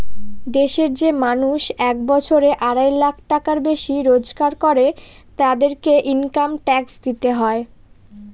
দেশের যে মানুষ এক বছরে আড়াই লাখ টাকার বেশি রোজগার করে, তাদেরকে ইনকাম ট্যাক্স দিতে হয়